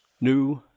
New